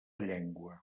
llengua